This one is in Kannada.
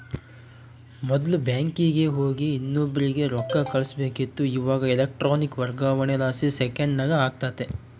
ಮೊದ್ಲು ಬ್ಯಾಂಕಿಗೆ ಹೋಗಿ ಇನ್ನೊಬ್ರಿಗೆ ರೊಕ್ಕ ಕಳುಸ್ಬೇಕಿತ್ತು, ಇವಾಗ ಎಲೆಕ್ಟ್ರಾನಿಕ್ ವರ್ಗಾವಣೆಲಾಸಿ ಸೆಕೆಂಡ್ನಾಗ ಆಗ್ತತೆ